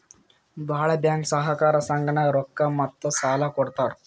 ಭಾಳ್ ಬ್ಯಾಂಕ್ ಸಹಕಾರ ಸಂಘನಾಗ್ ರೊಕ್ಕಾ ಮತ್ತ ಸಾಲಾ ಕೊಡ್ತಾರ್